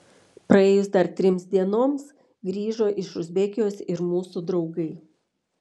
praėjus dar trims dienoms grįžo iš uzbekijos ir mūsų draugai